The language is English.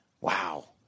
Wow